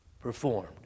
performed